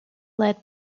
led